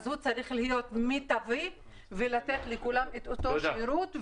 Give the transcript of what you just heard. אז הוא צריך להיות מיטבי ולתת לכולם את אותו שירות,